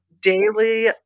daily